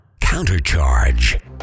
CounterCharge